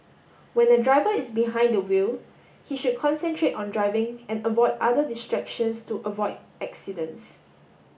when a driver is behind the wheel he should concentrate on driving and avoid other distractions to avoid accidents